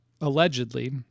allegedly